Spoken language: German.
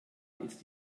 ist